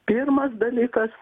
pirmas dalykas